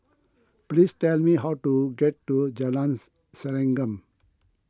please tell me how to get to Jalan Serengam